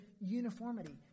uniformity